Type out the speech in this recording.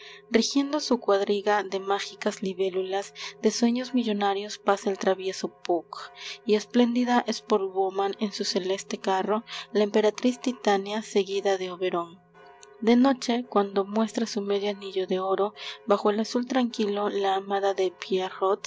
rigiendo su cuadriga de mágicas libélulas de sueños millonarios pasa el travieso puck y espléndida sportwoman en su celeste carro la emperatriz titania seguida de oberón de noche cuando muestra su medio anillo de oro bajo el azul tranquilo la amada de